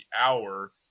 hour